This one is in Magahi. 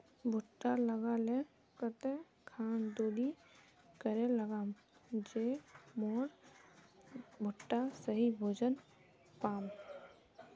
भुट्टा लगा ले कते खान दूरी करे लगाम ज मोर भुट्टा सही भोजन पाम?